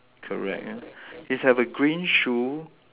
correct ah he's have a green shoe